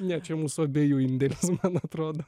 ne čia mūsų abiejų indėlis man atrodo